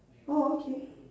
oh okay